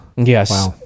yes